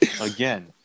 Again